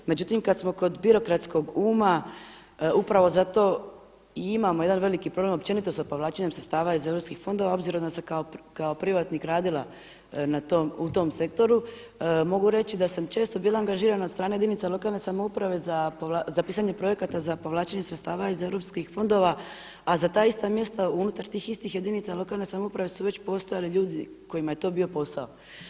Međutim, kad smo kod birokratskog uma upravo zato i imamo jedan veliki problem općenito sa povlačenjem sredstava iz europskih fondova obzirom da sam kao privatnik radila u tom sektoru mogu reći da sam često bila angažirana od strane jedinice lokalne samouprave za pisanje projekata za povlačenje sredstava iz europskih fondova, a za ta ista mjesta unutar tih istih jedinica lokalne samouprave su već postojali ljudi kojima je to bio posao.